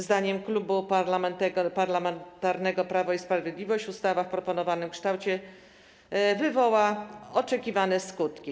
Zdaniem Klubu Parlamentarnego Prawo i Sprawiedliwość ustawa w proponowanym kształcie wywoła oczekiwane skutki.